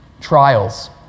trials